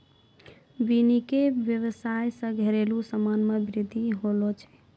वानिकी व्याबसाय से घरेलु समान मे बृद्धि होलो छै